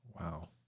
wow